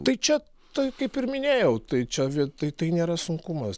tai čia tai kaip ir minėjau tai čia v tai tai nėra sunkumas